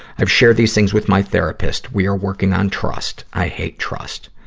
i've shared these things with my therapist. we are working on trust. i hate trust.